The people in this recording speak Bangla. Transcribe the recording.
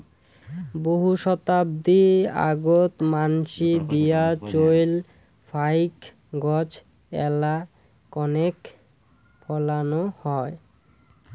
বহু শতাব্দী আগোত মানসি দিয়া চইল ফাইক গছ এ্যালা কণেক ফলানো হয়